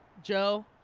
joe.